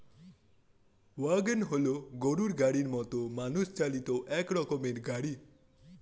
wagon হল গরুর গাড়ির মতো মানুষ চালিত এক রকমের গাড়ি